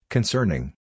Concerning